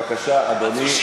בבקשה, אדוני.